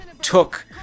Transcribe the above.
took